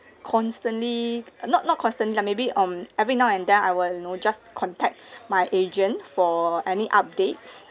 constantly uh not not constantly lah maybe um every now and then I will you know just contact my agent for any updates